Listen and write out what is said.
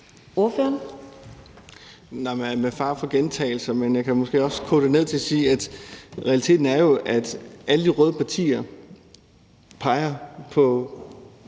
Ordføreren.